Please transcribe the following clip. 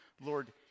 Lord